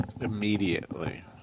Immediately